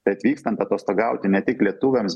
tai vykstant atostogauti ne tik lietuviams